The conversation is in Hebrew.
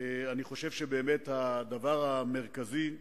אני חושב שהדבר המרכזי,